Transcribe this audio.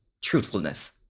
truthfulness